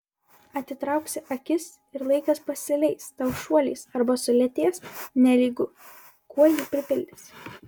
atitrauksi akis ir laikas pasileis tau šuoliais arba sulėtės nelygu kuo jį pripildysi